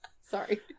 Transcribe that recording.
Sorry